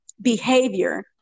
behavior